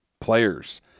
players